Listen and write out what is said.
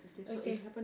okay